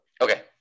Okay